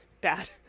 bad